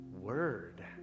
word